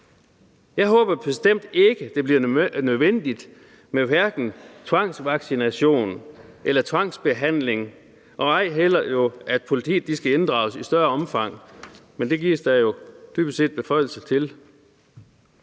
Jeg håber bestemt ikke, det bliver nødvendigt med tvangsvaccination eller tvangsbehandling og ej heller jo, at politiet skal inddrages i større omfang, men det gives der jo dybest set beføjelse til.